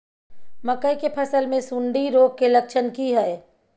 मकई के फसल मे सुंडी रोग के लक्षण की हय?